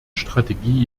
strategie